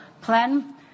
plan